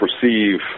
perceive